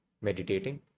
meditating